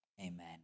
Amen